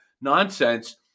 nonsense